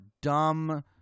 dumb